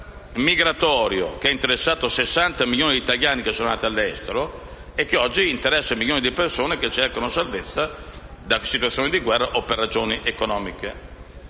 migratorio che ha interessato 60 milioni di italiani andati all'estero e che oggi interessa milioni di persone che cercano salvezza da situazioni di guerra o per ragioni economiche.